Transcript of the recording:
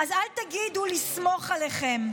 אז אל תגידו לסמוך עליכם.